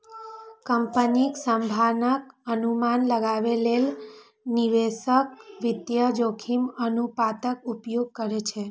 कंपनीक संभावनाक अनुमान लगाबै लेल निवेशक वित्तीय जोखिम अनुपातक उपयोग करै छै